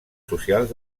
socials